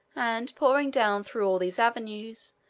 and, pouring down through all these avenues,